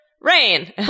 rain